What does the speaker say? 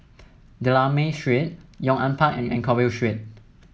D'Almeida Street Yong An Park and Anchorvale Street